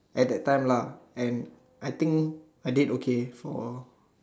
at that time lah and I think I did okay for